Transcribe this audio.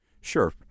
Sure